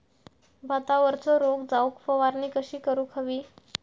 भातावरचो रोग जाऊक फवारणी कशी करूक हवी?